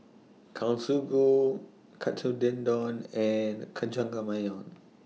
Katsu Tendon and